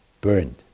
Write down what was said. burned